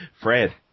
Fred